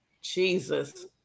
Jesus